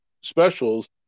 specials